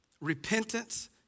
Repentance